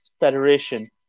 Federation